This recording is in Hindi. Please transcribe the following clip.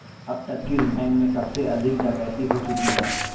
अब तक किस बैंक में सबसे अधिक डकैती हो चुकी है?